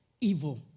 evil